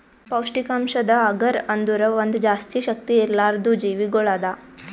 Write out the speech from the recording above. ಪೌಷ್ಠಿಕಾಂಶದ್ ಅಗರ್ ಅಂದುರ್ ಒಂದ್ ಜಾಸ್ತಿ ಶಕ್ತಿ ಇರ್ಲಾರ್ದು ಜೀವಿಗೊಳ್ ಅದಾ